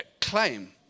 claim